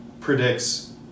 predicts